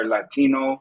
Latino